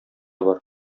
бар